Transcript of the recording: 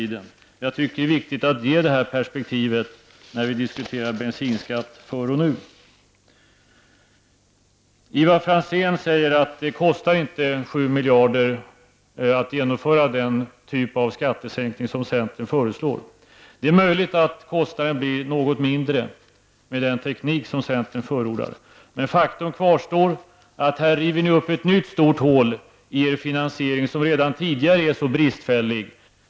Jag säger detta därför att jag tycker att det är viktigt att vi har det perspektivet när vi diskuterar bensinskatten förr och nu. Ivar Franzén säger att det inte kostar 7 miljarder att genomföra den typ av skattesänkning som centern föreslår. Det är möjligt att kostnaden blir något mindre med den teknik som centern förordar. Men faktum kvarstår att ni här river upp ett nytt stort hål i er finansiering, som redan är så bristfällig.